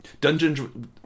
Dungeons